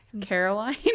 caroline